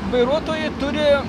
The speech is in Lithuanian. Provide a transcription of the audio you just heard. vairuotojai turi